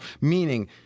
Meaning